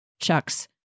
Chuck's